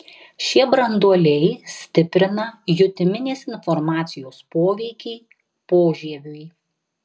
šie branduoliai stiprina jutiminės informacijos poveikį požieviui